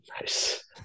Nice